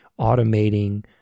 automating